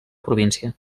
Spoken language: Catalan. província